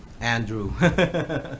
Andrew